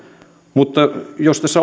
mutta jos tässä